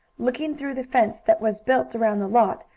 looking through the fence that was built around the lot,